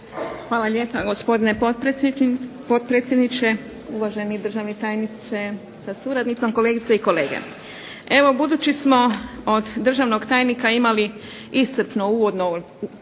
Hvala lijepa, gospodine potpredsjedniče. Uvaženi državni tajniče sa suradnicom, kolegice i kolege. Evo budući smo od državnog tajnika imali iscrpno uvodno